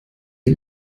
die